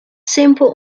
simpel